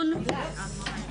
שלום לכולם,